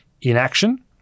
inaction